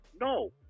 No